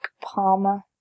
Palmer